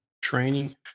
training